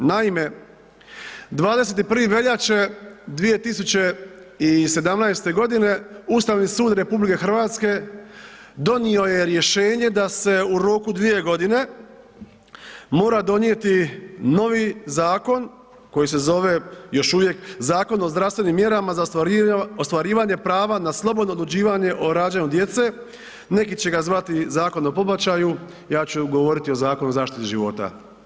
Naime, 21. veljače 2017. godine Ustavni sud RH donio je rješenje da se u roku 2 godine mora donijeti novi zakon koji se zove, još uvijek, Zakon o zdravstvenim mjerama za ostvarivanje prava na slobodno odlučivanje o rađanju djece, neki će ga zvati zakon o pobačaju, ja ću govoriti o zakonu o zaštiti života.